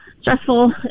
stressful